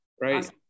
Right